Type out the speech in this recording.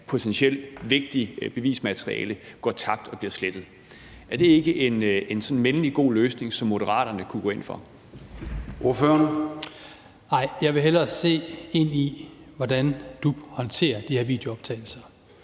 potentielt vigtigt bevismateriale går tabt og bliver slettet. Er det ikke sådan en mindelig god løsning, som Moderaterne kunne gå ind for?